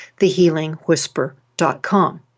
thehealingwhisper.com